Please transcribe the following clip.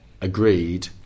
agreed